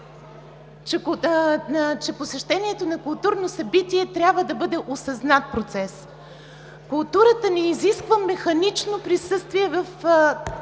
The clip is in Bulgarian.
че посещението на културно събитие трябва да бъде осъзнат процес. Културата не изисква механично присъствие в